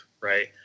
right